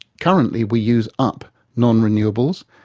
currently, we use up non-renewables,